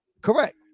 correct